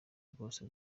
bwose